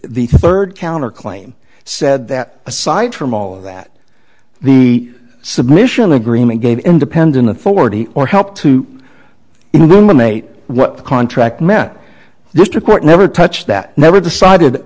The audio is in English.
the third counterclaim said that aside from all of that the submission agreement gave independent authority or help to eliminate what the contract met just a court never touched that never decided